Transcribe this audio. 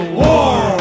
war